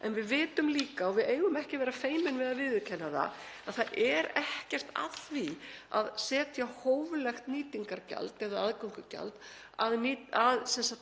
En við vitum líka og við eigum ekki að vera feimin við að viðurkenna það að það er ekkert að því að setja hóflegt nýtingargjald eða aðgöngugjald að